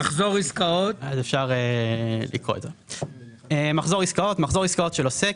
"מחזור עסקאות" מחזור עסקאות של עוסק,